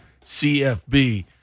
CFB